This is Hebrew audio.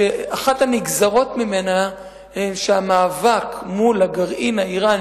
שאחת הנגזרות ממנה היא שהמאבק מול הגרעין האירני,